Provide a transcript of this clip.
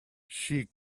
she